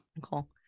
Cool